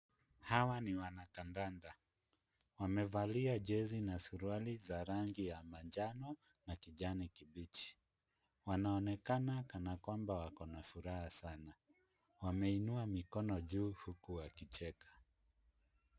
Hawa ni wanakandanda. Wamevalia jezi na suruali za rangi ya manjano na kijani kibichi. Wanaonekana kana kwamba wako na furaha sana. Wameinua mikono juu huku wakicheka.